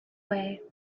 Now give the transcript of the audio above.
way